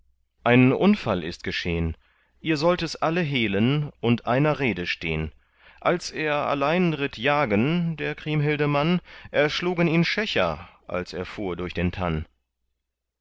ein unfall ist geschehn ihr sollt es alle hehlen und einer rede stehn als er allein ritt jagen der kriemhilde mann erschlugen ihn schächer als er fuhr durch den tann